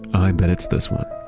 i bet it's this one.